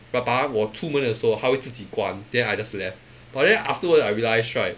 but but ah 我出门的时候回自己关 then I just left